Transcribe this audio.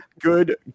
good